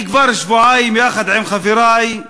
אני כבר שבועיים, יחד עם חברי,